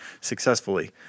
successfully